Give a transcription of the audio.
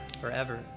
forever